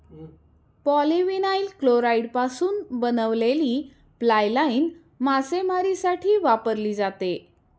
polyvinyl क्लोराईडपासून बनवलेली fly line मासेमारीसाठी वापरली जाते